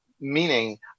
meaning